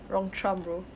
wrong trump bro